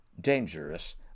dangerous